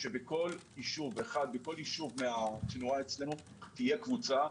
שבכל ישוב מן התנועה אצלנו תהיה קבוצה.